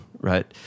right